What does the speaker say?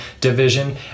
Division